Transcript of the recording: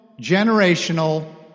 generational